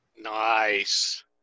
Nice